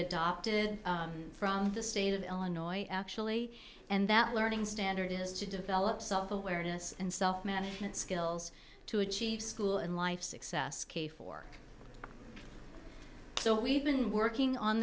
adopted from the state of illinois actually and that learning standard is to develop self awareness and self management skills to achieve school and life success k for so we've been working on